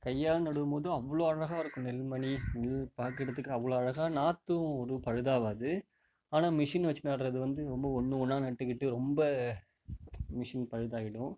கையால் நடும்போதும் அவ்வளோ அழகாக இருக்கும் நெல்மணி நெல் பார்க்குறத்துக்கு அவ்வளோ அழகாக நாற்றும் எதுவும் பழுதாகாது ஆனால் மிஷினை வச்சு நடுறது வந்து ரொம்ப ஒன்று ஒன்றா நட்டுக்கிட்டு ரொம்ப மிஷின் பழுதாகிடும்